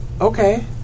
Okay